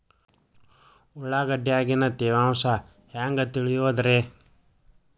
ಉಳ್ಳಾಗಡ್ಯಾಗಿನ ತೇವಾಂಶ ಹ್ಯಾಂಗ್ ತಿಳಿಯೋದ್ರೇ?